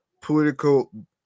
political